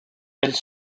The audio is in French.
elle